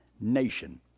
nation